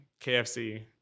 KFC